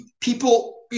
people